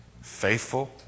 faithful